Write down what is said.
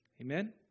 Amen